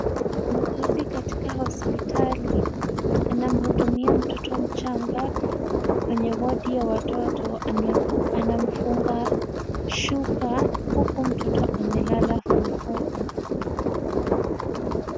Muuguzi katika hospitali anamhudumia mtoto mchanga kwenye wodi ya watoto. Ana anamfunga shuka huku mtoto amelala fofofo.